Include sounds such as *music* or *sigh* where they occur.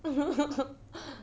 *laughs*